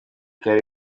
kare